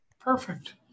Perfect